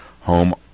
home